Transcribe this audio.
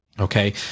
Okay